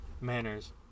manners